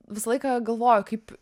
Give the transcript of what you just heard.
visą laiką galvoju kaip